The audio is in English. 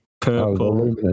purple